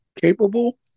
capable